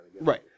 Right